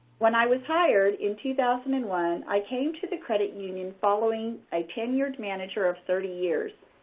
when i was hired in two thousand and one, i came to the credit union following a tenured manager of thirty years.